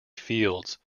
fields